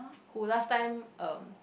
who last time um